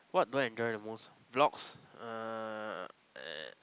what do I enjoy the most vlogs uh